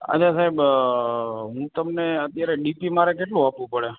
અને સાહેબ હું તમને અત્યારે ડી પી મારે કેટલું આપવું પડે